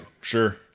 Sure